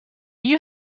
you